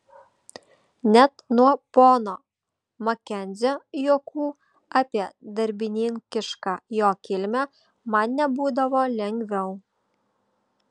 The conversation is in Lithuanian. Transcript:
net nuo pono makenzio juokų apie darbininkišką jo kilmę man nebūdavo lengviau